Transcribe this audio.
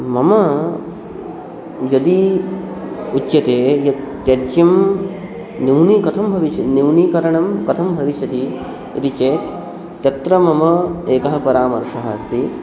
मम यदि उच्यते यत् त्याज्यं न्यूनं कथं भविष्यति न्यूनीकरणं कथं भविष्यति इति चेत् तत्र मम एकः परामर्शः अस्ति